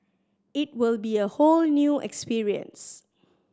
it will be a whole new experience